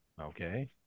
Okay